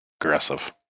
Aggressive